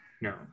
no